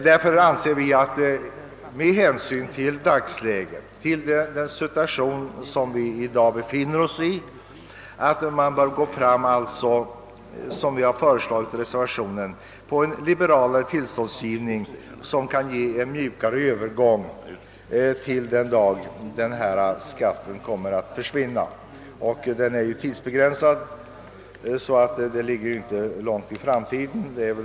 Där för anser vi — vilket vi föreslagit i reservationen 2 — att man med hänsyn till dagsläget bör gå in för en liberalare tillståndsgivning, vilket kan ge en mjukare övergång den dag skatten kommer att försvinna. Den är tidsbegränsad, så upphörandet ligger inte alltför långt fram i tiden.